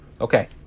Okay